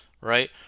right